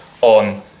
on